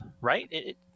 right